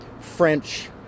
French